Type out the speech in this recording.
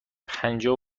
پنجاه